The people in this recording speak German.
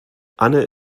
anne